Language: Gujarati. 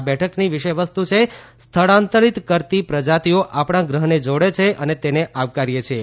આ બેઠકની વિષયવસ્તુ છે સ્થળાંતરિત કરતી પ્રજાતિઓ આપણા ગ્રહને જોડે છે અને તેને આવકારીએ છીએ